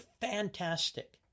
fantastic